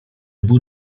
był